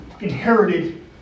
inherited